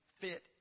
fit